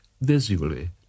visually